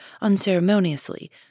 unceremoniously